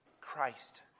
Christ